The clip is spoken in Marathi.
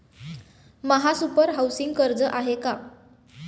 महासुपर हाउसिंग कर्ज आहे का?